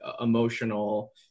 emotional